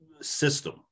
system